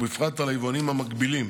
ובפרט על היבואנים המקבילים,